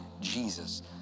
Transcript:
Jesus